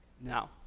Now